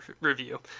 review